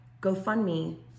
GoFundMe